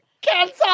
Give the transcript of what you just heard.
Cancel